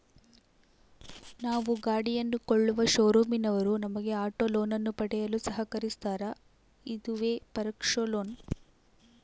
ನಾವು ಗಾಡಿಯನ್ನು ಕೊಳ್ಳುವ ಶೋರೂಮಿನವರು ನಮಗೆ ಆಟೋ ಲೋನನ್ನು ಪಡೆಯಲು ಸಹಕರಿಸ್ತಾರ, ಇದುವೇ ಪರೋಕ್ಷ ಲೋನ್